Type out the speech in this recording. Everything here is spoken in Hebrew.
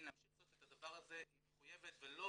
להמשיך לעשות את הדבר הזה היא מחויבת ולא